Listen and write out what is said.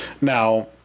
now